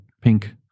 pink